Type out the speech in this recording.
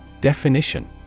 Definition